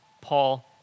Paul